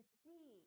see